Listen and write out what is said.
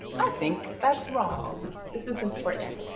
i think that's wrong. this is important.